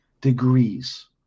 degrees